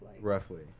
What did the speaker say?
Roughly